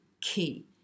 key